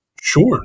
Sure